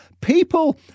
People